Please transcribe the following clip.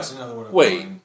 Wait